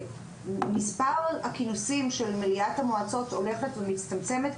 מספר הכינוסים של מליאת המועצות הולכת ומצטמצמת.